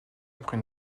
après